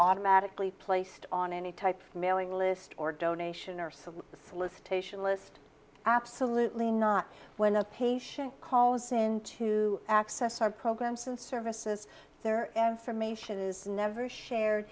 automatically placed on any type of mailing list or donation or so the solicitation list absolutely not when a patient calls in to access our programs and services their information is never shared